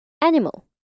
Animal